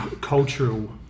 cultural